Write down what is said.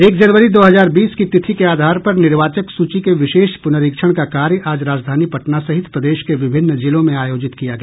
एक जनवरी दो हजार बीस की तिथि के आधार पर निर्वाचक सूची के विशेष पुनरीक्षण का कार्य आज राजधानी पटना सहित प्रदेश के विभिन्न जिलों में आयोजित किया गया